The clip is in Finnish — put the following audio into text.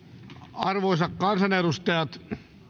arvoisat kansanedustajat